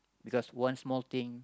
because one small thing